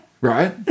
Right